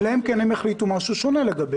אלא אם כן הם יחליטו דבר שונה לבחירות